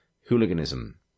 hooliganism